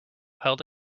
held